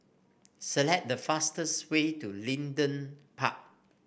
select the fastest way to Leedon Park